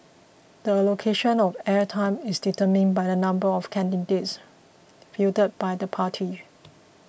the allocation of air time is determined by the number of candidates fielded by the party